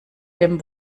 dem